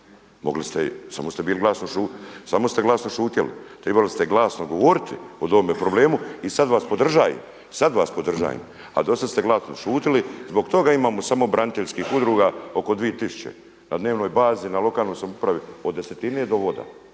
Mogli ste, samo ste glasno šutjeli. Tribali ste glasno govoriti o tome problemu i sad vas podržajem, sad vas podržajem. A do sad ste glasno šutili. Zbog toga imamo samo braniteljskih udruga oko 2000. na dnevnoj bazi, na lokalnoj samoupravi od desetine do voda